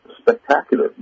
spectacular